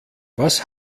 was